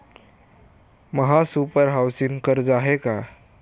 महासुपर हाउसिंग कर्ज आहे का?